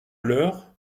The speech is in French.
leur